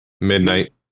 Midnight